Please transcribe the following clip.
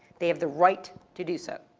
they have the right to do so.